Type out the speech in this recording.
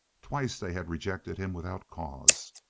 twice they had rejected him without cause.